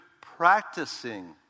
practicing